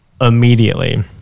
immediately